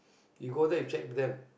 you go there you check with them